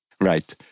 Right